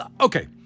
okay